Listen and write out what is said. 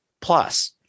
plus